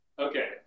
okay